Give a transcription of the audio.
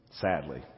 sadly